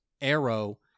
Arrow